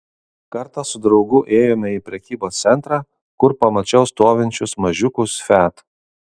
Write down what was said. kartą su draugu ėjome į prekybos centrą kur pamačiau stovinčius mažiukus fiat